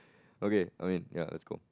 okay I mean ya let's go